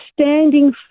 standing